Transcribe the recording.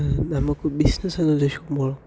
നമുക്ക് ബിസ്സിനസ്സെന്ന് ഉദ്ദേശിക്കുമ്പോൾ